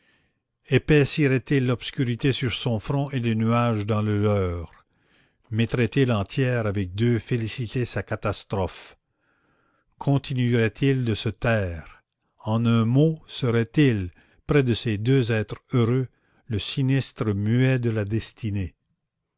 épaissirait il l'obscurité sur son front et le nuage dans le leur mettrait il en tiers avec deux félicités sa catastrophe continuerait il de se taire en un mot serait-il près de ces deux êtres heureux le sinistre muet de la destinée